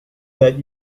that